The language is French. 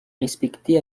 respecté